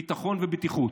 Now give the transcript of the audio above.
ביטחון ובטיחות.